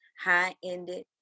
high-ended